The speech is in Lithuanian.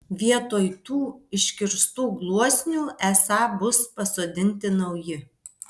vietoj tų iškirstų gluosnių esą bus pasodinti nauji